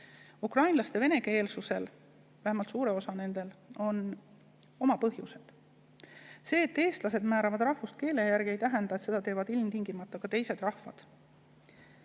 Ukrainlaste venekeelsusel, vähemalt suurel osal sellest, on oma põhjused. See, et eestlased määravad rahvust keele järgi, ei tähenda, et seda teevad ilmtingimata ka teised rahvad.